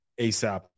ASAP